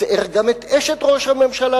ציער גם את אשת ראש הממשלה,